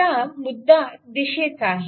आता मुद्दा दिशेचा आहे